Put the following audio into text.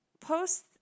post